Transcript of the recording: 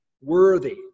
worthy